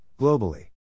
globally